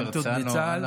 מצה"ל?